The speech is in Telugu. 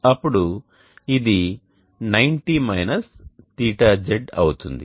అప్పుడు ఇది 90 θz అవుతుంది